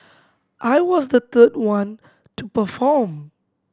I was the third one to perform